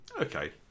Okay